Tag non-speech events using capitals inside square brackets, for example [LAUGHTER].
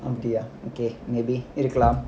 [LAUGHS] okay maybe இருக்கலாம்:irukkalaam